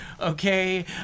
okay